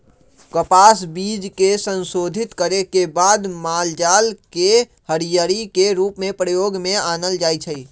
कपास बीज के संशोधित करे के बाद मालजाल के हरियरी के रूप में प्रयोग में आनल जाइ छइ